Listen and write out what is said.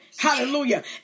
Hallelujah